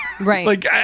Right